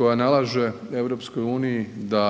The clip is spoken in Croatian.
koja nalaže EU da